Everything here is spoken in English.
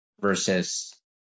versus